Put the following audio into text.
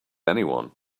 anyone